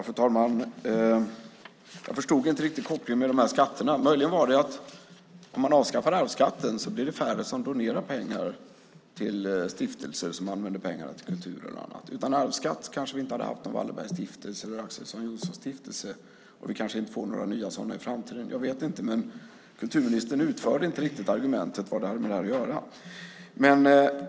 Fru talman! Jag förstod inte riktigt kopplingen i resonemanget om skatterna. Möjligen var det att om man avskaffar arvsskatten blir det färre som donerar pengar till stiftelser som använder pengar till kulturen och annat. Utan arvsskatt kanske vi inte hade haft någon Wallenbergsstiftelse eller Ax:son-Johnson-stiftelse, och vi kanske inte får några nya sådana i framtiden. Jag vet inte, men kulturministern utförde inte riktigt argumentet vad det hade med det här att göra.